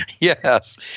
Yes